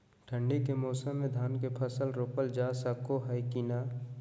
ठंडी के मौसम में धान के फसल रोपल जा सको है कि नय?